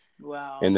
Wow